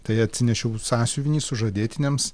tai atsinešiau sąsiuvinį sužadėtiniams